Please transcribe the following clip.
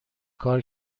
کار